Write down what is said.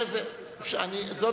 זאת